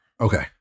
Okay